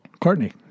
courtney